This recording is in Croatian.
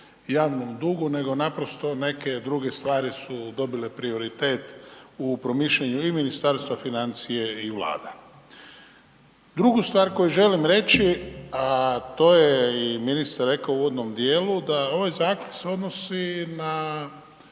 javnom dugu nego naprosto neke druge stvari su dobile prioritet u promišljanju i Ministarstva financija i Vlade. Drugu stvar koju želim reći, a to je ministar rekao u uvodnom dijelu da se ovaj zakon odnosi na